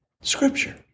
Scripture